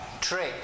trick